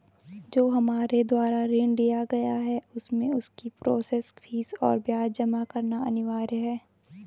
जो हमारे द्वारा ऋण लिया गया है उसमें उसकी प्रोसेस फीस और ब्याज जमा करना अनिवार्य है?